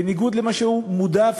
בניגוד למה שהוא מודע לו,